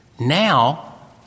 Now